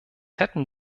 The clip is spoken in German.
hätten